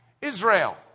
Israel